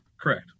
Correct